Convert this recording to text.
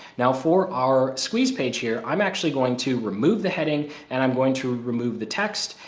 now, for our squeeze page here, i'm actually going to remove the heading and i'm going to remove the text.